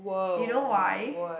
you know why